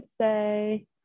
say